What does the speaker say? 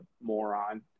moron